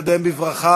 אני רוצה לקדם בברכה